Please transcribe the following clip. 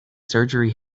surgery